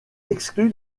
exclut